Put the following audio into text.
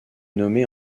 nommée